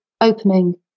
opening